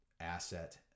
asset